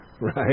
right